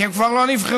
כי הם כבר לא נבחרו.